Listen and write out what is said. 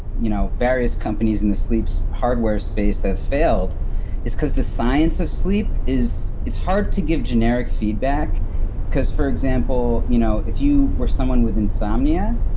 you know various companies in the sleep so hardware space have failed is because the science of sleep is. it's hard to give generic feedback because for example, you know if you are someone with insomnia,